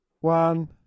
One